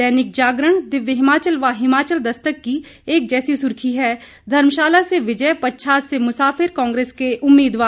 दैनिक जागरण दिव्य हिमाचल व हिमाचल दस्तक की एक जैसी सुर्खी है धर्मशाला से विजय पच्छाद से मुसाफिर कांग्रेस के उम्मीदवार